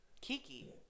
Kiki